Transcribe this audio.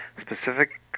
specific